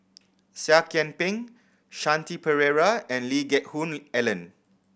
Seah Kian Peng Shanti Pereira and Lee Geck Hoon Ellen